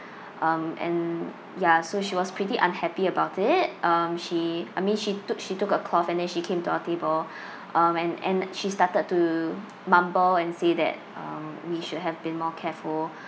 um and ya so she was pretty unhappy about it um she I mean she took she took a cloth and then she came to our table um and and she started to mumble and say that um we should have been more careful